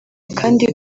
kandi